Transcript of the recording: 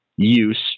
use